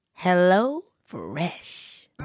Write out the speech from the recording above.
HelloFresh